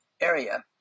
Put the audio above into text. area